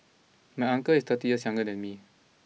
my uncle is thirty years younger than me